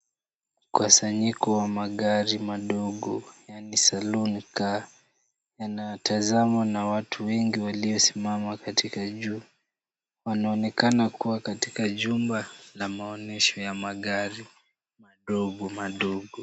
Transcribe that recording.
Mkusanyiko wa magari madogo yaani Salon car yaatazamwa na watu wengi waliosimama katika juu. Wanaonekana kuwa katika jumba la maonyesho ya magari madogo madogo.